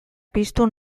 piztu